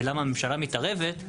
ולמה הממשלה מתערבת,